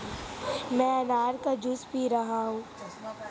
मैं अनार का जूस पी रहा हूँ